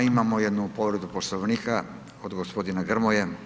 Imamo jednu povredu poslovnika, od gospodina Grmoje.